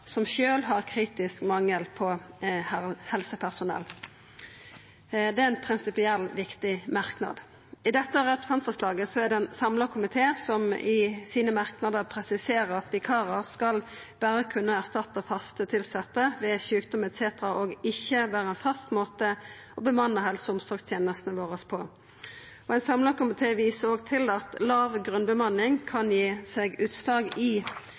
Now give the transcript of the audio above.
som sjølve har kritisk mangel på helsepersonell. Det er ein prinsipielt viktig merknad. I innstillinga om dette representantforslaget er det ein samla komité som i merknadene sine presiserer at vikarar berre skal kunna erstatta fast tilsette ved sjukdom etc., og ikkje vera ein fast måte å bemanna helse- og omsorgstenestene våre på. Ein samla komité viser òg til at låg grunnbemanning kan gi seg utslag i høgare sjukefråvær og auka behov for vikarar. Fleire heile faste stillingar i